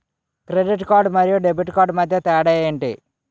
Credit card మరియు debit card మధ్య తేడా ఎంటి?